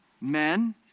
men